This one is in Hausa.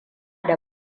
da